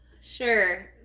Sure